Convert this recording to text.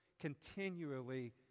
continually